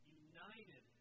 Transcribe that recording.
united